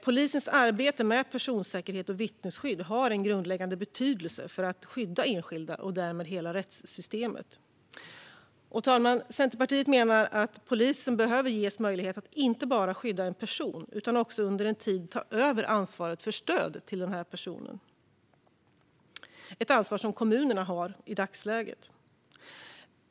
Polisens arbete med personsäkerhet och vittnesskydd har en grundläggande betydelse för att skydda enskilda och därmed hela rättssystemet. Fru talman! Centerpartiet menar att polisen behöver få möjlighet att inte bara skydda en person utan att också under en tid ta över ansvaret för stöd till denna person. Det är ett ansvar som kommunerna har i dagsläget.